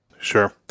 Sure